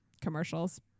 commercials